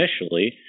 initially